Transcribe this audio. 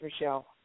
Michelle